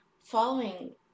following